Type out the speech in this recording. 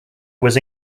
was